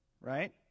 right